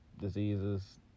diseases